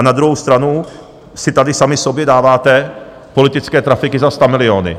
Na druhou stranu si tady sami sobě dáváte politické trafiky za stamiliony.